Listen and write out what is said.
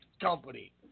company